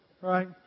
Right